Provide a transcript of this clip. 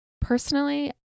Personally